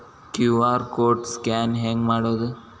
QR code scan ಹೆಂಗ್ ಮಾಡೋದು?